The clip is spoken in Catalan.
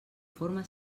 forma